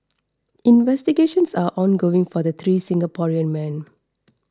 investigations are ongoing for the three Singaporean men